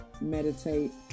meditate